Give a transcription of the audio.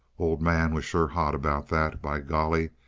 old man was sure hot about that by golly,